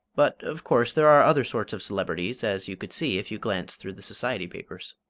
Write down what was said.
but, of course, there are other sorts of celebrities, as you could see if you glanced through the society papers.